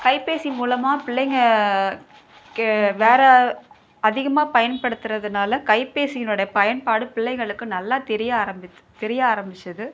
கைபேசி மூலமாக பிள்ளைங்கள் கே வேறு அதிகமாக பயன்படுத்துறதுனால கைபேசினுடைய பயன்பாடு பிள்ளைகளுக்கு நல்லா தெரிய ஆரம்பிச் தெரிய ஆரம்பிச்சிது